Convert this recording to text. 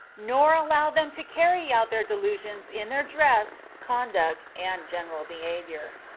nor allow them to carry out their delusions in their dress, conduct, and general behavior.